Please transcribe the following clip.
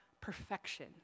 perfection